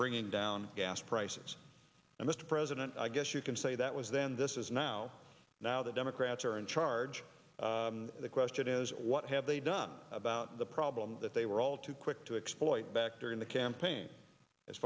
bringing down gas prices and mr president i guess you can say that was then this is now now the democrats are in charge the question is what have they done about the problem that they were all too quick to exploit back during the campaign as